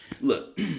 Look